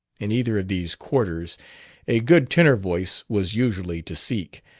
in either of these quarters a good tenor voice was usually to seek.